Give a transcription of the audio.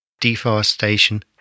deforestation